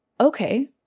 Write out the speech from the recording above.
Okay